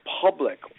public